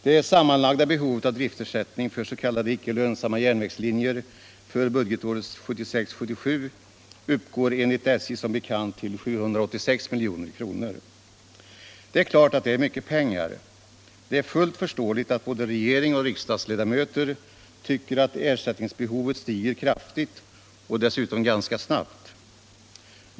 Det sammanlagda behovet av driftersättning för s.k. 24 mars 1976 icke lönsamma järnvägslinjer budgetåret 1976/77 uppgår enligt SJ som I bekant till 786 milj.kr. Ersättning för drift Det är klart att detta är mycket pengar. Det är fullt förståeligt att — av icke lönsamma både regering och riksdagsledamöter tycker att ersättningsbehovet stiger — järnvägslinjer kraftigt och dessutom ganska snabbt.